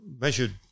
measured